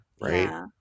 Right